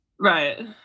right